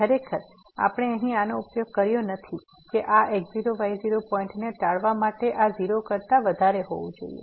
ખરેખર આપણે અહીં આનો ઉપયોગ કર્યો નથી કે આ x0y0 પોઈન્ટ ને ટાળવા માટે આ 0 કરતા વધારે હોવું જોઈએ